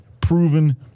proven